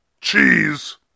cheese